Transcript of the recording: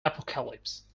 apocalypse